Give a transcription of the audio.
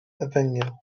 efengyl